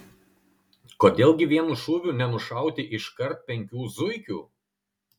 kodėl gi vienu šūviu nenušauti iškart penkių zuikių